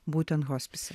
būtent hospise